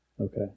Okay